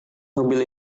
mobil